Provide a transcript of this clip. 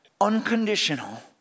unconditional